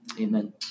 Amen